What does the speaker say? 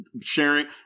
sharing